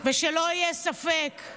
ומחיקת